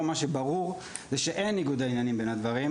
לדעתי ברור שאין ניגוד עניינים בין הדברים.